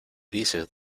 dices